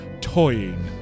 toying